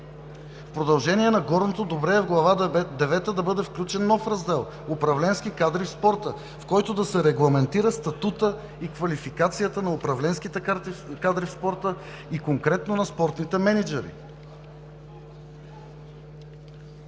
В продължение на горното, добре е в Глава девета да бъде включен нов раздел – „Управленски кадри в спорта“, в който да се регламентира статутът и квалификацията на управленските кадри в спорта и конкретно на спортните мениджъри.